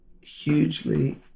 hugely